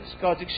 God's